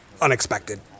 unexpected